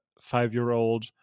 five-year-old